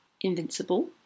invincible